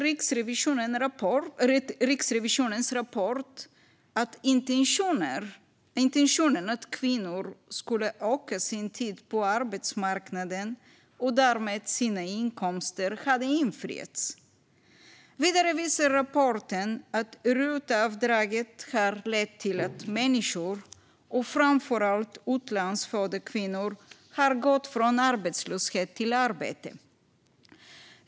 Riksrevisionens rapport visar att intentionen att kvinnor skulle öka sin tid på arbetsmarknaden och därmed sina inkomster har infriats. Vidare visar rapporten att RUT-avdraget har lett till att människor, framför allt utlandsfödda kvinnor, har gått från arbetslöshet till arbete.